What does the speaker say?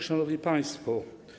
Szanowni Państwo!